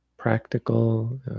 practical